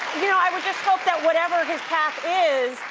you know i would just hope that whatever his path is,